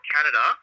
Canada